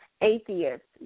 atheists